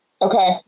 Okay